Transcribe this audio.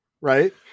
right